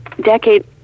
decade